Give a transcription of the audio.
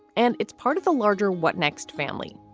and it's part of the larger what next family.